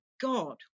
God